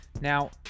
Now